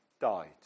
died